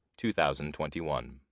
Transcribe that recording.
2021